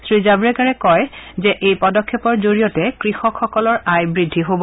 শ্ৰীজাভড়েকাৰে কয় যে এই পদক্ষেপৰ জৰিয়তে কৃষকসকলৰ আয় বৃদ্ধি হব